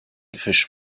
fisch